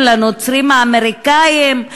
לנוצרים האמריקנים,